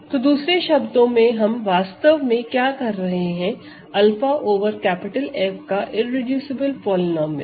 तो दूसरे शब्दों में हम वास्तव में क्या कर रहे हैं 𝛂 ओवर F का इररेडूसिबल पॉलीनोमिअल